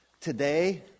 today